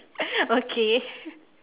okay